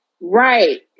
Right